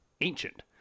ancient